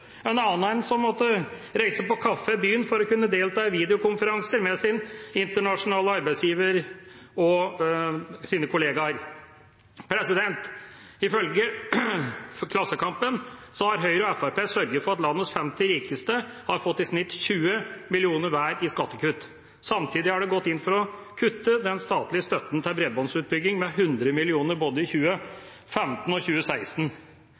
og en annen en, som måtte reise på kafé i byen for å kunne delta i videokonferanser med sin internasjonale arbeidsgiver og sine kollegaer. Ifølge Klassekampen har Høyre og Fremskrittspartiet sørget for at landets 50 rikeste har fått i snitt 20 mill. kr hver i skattekutt. Samtidig har de gått inn for å kutte den statlige støtten til bredbåndsutbygging med 100 mill. kr både i 2015 og i 2016.